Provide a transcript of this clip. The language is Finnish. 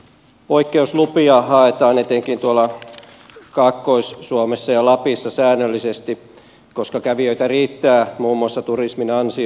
poikkeuslupia haetaan etenkin tuolla kaakkois suomessa ja lapissa säännöllisesti koska kävijöitä riittää muun muassa turismin ansiosta